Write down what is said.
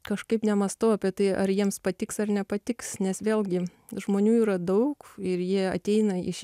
kažkaip nemąstau apie tai ar jiems patiks ar nepatiks nes vėlgi žmonių yra daug ir jie ateina iš